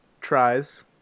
tries